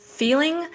feeling